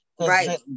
Right